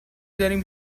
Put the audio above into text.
داریم